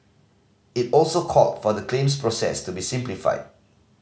it also called for the claims process to be simplified